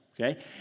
Okay